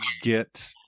get